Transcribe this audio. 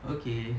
okay